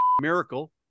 miracle